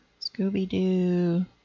Scooby-Doo